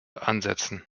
ansetzen